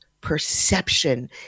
perception